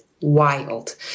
wild